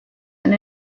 and